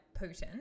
Putin